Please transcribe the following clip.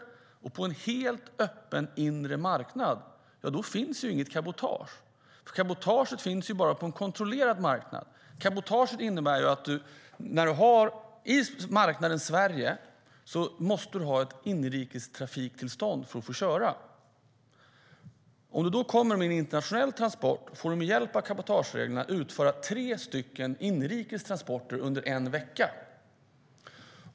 På en helt öppen inre marknad finns inget cabotage. Cabotaget finns bara på en kontrollerad marknad. På marknaden Sverige måste du ha ett inrikestrafiktillstånd för att få köra. Om du kommer med en internationell transport får du med hjälp av cabotagereglerna utföra tre inrikes transporter under en vecka.